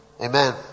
Amen